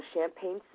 Champagne